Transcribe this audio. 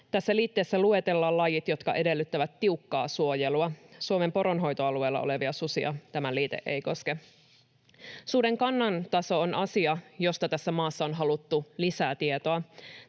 Tässä liitteessä luetellaan lajit, jotka edellyttävät tiukkaa suojelua — Suomen poronhoitoalueella olevia susia tämä liite ei koske. Suden kannan taso on asia, josta tässä maassa on haluttu lisää tietoa.